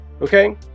okay